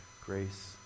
grace